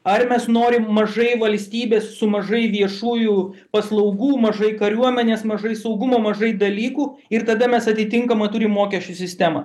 ar ir mes norim mažai valstybės su mažai viešųjų paslaugų mažai kariuomenės mažai saugumo mažai dalykų ir tada mes atitinkamą turim mokesčių sistemą